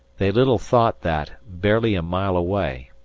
they little thought that, barely a mile away,